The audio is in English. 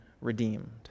redeemed